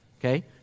okay